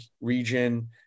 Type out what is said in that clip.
region